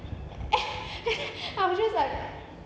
I was just like